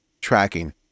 tracking